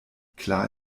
klar